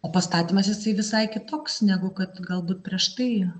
o pastatymas jisai visai kitoks negu kad galbūt prieš tai